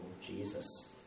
Jesus